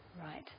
Right